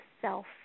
self